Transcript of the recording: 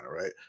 right